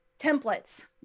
templates